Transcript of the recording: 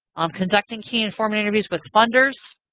conducting key informer interviews with funders,